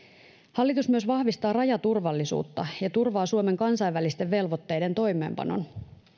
hallitus myös vahvistaa rajaturvallisuutta ja turvaa suomen kansainvälisten velvoitteiden toimeenpanon